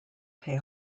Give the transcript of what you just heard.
pay